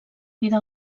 vida